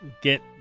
get